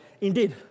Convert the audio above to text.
indeed